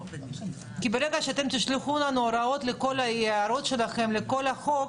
כי ברגע שאתם תשלחו הערות שלכם לכל החוק,